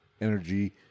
energy